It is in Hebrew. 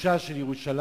קדושה של ירושלים.